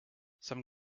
some